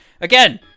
again